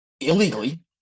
illegally